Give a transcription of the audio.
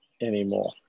anymore